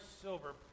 silver